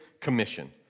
Commission